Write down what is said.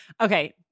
Okay